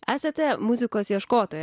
esate muzikos ieškotoja